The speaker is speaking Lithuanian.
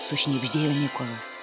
sušnibždėjo nikolas